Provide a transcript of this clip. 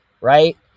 right